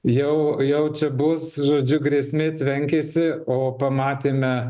jau jaučia bus žodžiu grėsmė tvenkėsi o pamatėme